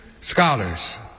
scholars